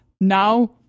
now